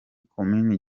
komini